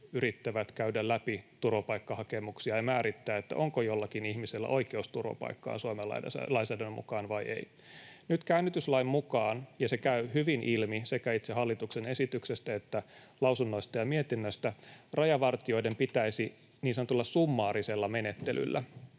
yrittävät käydä läpi turvapaikkahakemuksia ja määrittää, onko jollakin ihmisellä oikeus turvapaikkaan Suomen lainsäädännön mukaan vai ei. Nyt käännytyslain mukaan — ja se käy hyvin ilmi sekä itse hallituksen esityksestä että lausunnoista ja mietinnöstä — rajavartijoiden pitäisi niin sanotulla summaarisella menettelyllä,